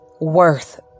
worth